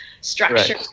structure